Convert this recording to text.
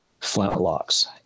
flintlocks